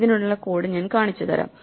ഇതിനുള്ള കോഡ് ഞാൻ കാണിച്ചുതരാം